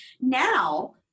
Now